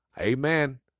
amen